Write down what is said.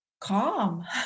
calm